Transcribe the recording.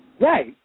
Right